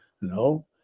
No